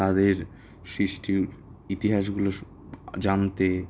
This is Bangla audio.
তাদের সৃষ্টির ইতিহাসগুলো শু জানাতে